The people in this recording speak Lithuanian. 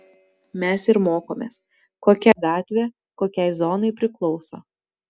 mes ir mokomės kokia gatvė kokiai zonai priklauso